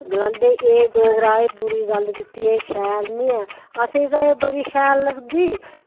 गलांदे एह् डोगरा एह् बुरी गल्ल कीती एह् शैल निं ऐ असें ते एह् बड़ी शैल लगदी